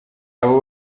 abo